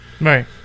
Right